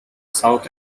south